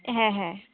হ্যাঁ হ্যাঁ